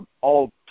all-